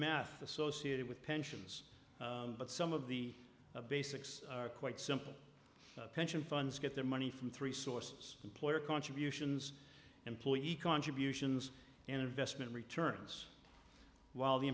math associated with pensions but some of the basics are quite simple pension funds get their money from three sources employer contributions employee econ tribute and investment returns while the